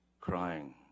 crying